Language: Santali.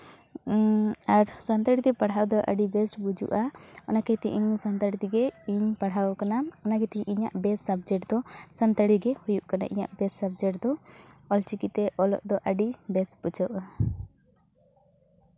ᱟᱨ ᱥᱟᱱᱛᱟᱲᱤᱛᱮ ᱯᱟᱲᱦᱟᱣ ᱫᱚ ᱟᱹᱰᱤ ᱵᱮᱹᱥᱴ ᱵᱩᱡᱩᱜᱼᱟ ᱚᱱᱟ ᱠᱷᱟᱹᱛᱤᱨ ᱛᱮ ᱤᱧ ᱥᱟᱱᱛᱟᱲᱤ ᱛᱮᱜᱮ ᱤᱧ ᱯᱟᱲᱦᱟᱣ ᱠᱟᱱᱟ ᱚᱱᱟ ᱜᱮᱛᱤᱧ ᱤᱧᱟᱹᱜ ᱵᱮᱹᱥᱴ ᱥᱟᱵᱽᱡᱮᱠᱴ ᱫᱚ ᱥᱟᱱᱛᱟᱲᱤ ᱜᱮ ᱦᱩᱭᱩᱜ ᱠᱟᱱᱟ ᱤᱧᱟᱹᱜ ᱵᱮᱥ ᱥᱟᱵᱽᱡᱮᱠᱴ ᱫᱚ ᱚᱞ ᱪᱤᱠᱤ ᱛᱮ ᱚᱞᱚᱜ ᱫᱚ ᱟᱹᱰᱤ ᱵᱮᱥ ᱵᱩᱡᱷᱟᱹᱣᱟ